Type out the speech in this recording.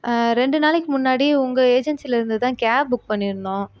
ரெண்டு நாளைக்கு முன்னாடி உங்கள் ஏஜென்சிலேருந்துதான் கேப் புக் பண்ணியிருந்தோம்